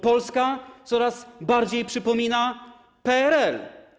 Polska coraz bardziej przypomina PRL.